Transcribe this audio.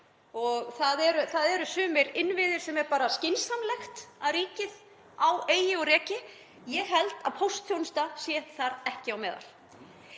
Það eru sumir innviðir sem er bara skynsamlegt að ríkið eigi og reki. Ég held að póstþjónusta sé ekki þar á meðal.